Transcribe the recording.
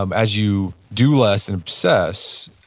um as you do less and obsess,